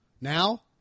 Now